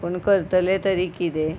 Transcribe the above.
पूण करतले तरी किदें